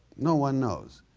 no one knows,